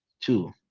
two